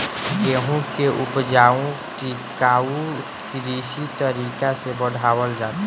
गेंहू के ऊपज टिकाऊ कृषि तरीका से बढ़ावल जाता